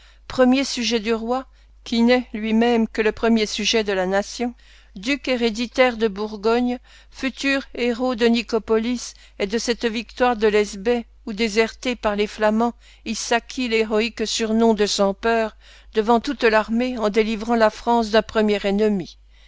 premier sujet du roi qui n'est lui-même que le premier sujet de la nation duc héréditaire de bourgogne futur héros de nicopolis et de cette victoire de l'hesbaie où déserté par les flamands il s'acquit l'héroïque surnom de sans peur devant toute l'armée en délivrant la france d'un premier ennemi